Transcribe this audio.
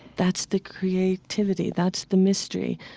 that's the creativity. that's the mystery.